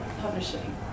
publishing